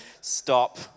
Stop